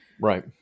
right